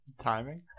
timing